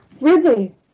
Ridley